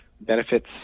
benefits